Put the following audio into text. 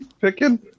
picking